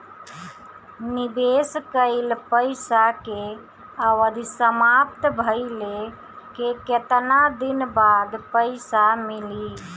निवेश कइल पइसा के अवधि समाप्त भइले के केतना दिन बाद पइसा मिली?